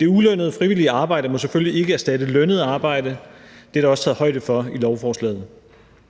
Det ulønnede frivillige arbejde må selvfølgelig ikke erstatte lønnet arbejde, og det er der også taget højde for i lovforslaget.